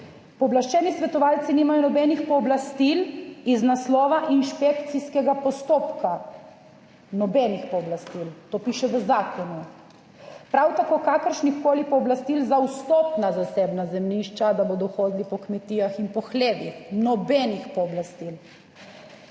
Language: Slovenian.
Pooblaščeni svetovalci nimajo nobenih pooblastil iz naslova inšpekcijskega postopka - nobenih pooblastil, to piše v zakonu - prav tako kakršnihkoli pooblastil za vstop na zasebna zemljišča -, da bodo hodili po kmetijah in po hlevih, nobenih pooblastil.